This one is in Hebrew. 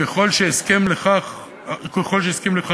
ככל שהסכים לכך העובד,